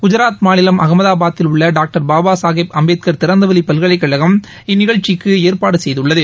குஜராத் மாநிலம் அகமதாபாத்தில் உள்ளடாக்டர் பாபாசாகேப் அம்பேத்கர் திறந்தவெளிபல்கலைக் கழகம் இந்நிகழ்ச்சிக்குஏற்பாடுசெய்துள்ளது